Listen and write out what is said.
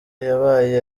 yabaye